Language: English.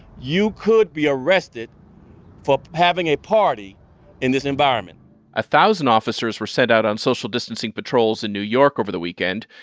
you could be arrested for having a party in this environment a thousand officers were sent out on social distancing patrols in new york over the weekend,